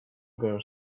girl